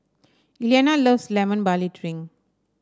Elianna loves Lemon Barley Drink